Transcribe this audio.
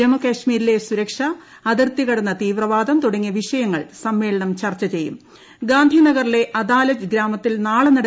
ജമ്മു കാശ്മീരിലെ സുരക്ഷ അതിർത്തി കടന്ന തീവ്രവാദം തുടങ്ങിയ വിഷയങ്ങൾ സമ്മേളനം ചർച്ച ഗാന്ധിനഗറിലെ അദാലജ് ഗ്രാമത്തിൽ നാളെ ചെയ്യും